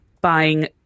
buying